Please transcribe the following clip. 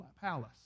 palace